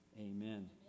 Amen